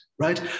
Right